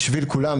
בשביל כולם,